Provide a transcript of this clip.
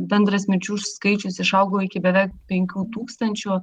bendras mirčių skaičius išaugo iki beveik penkių tūkstančių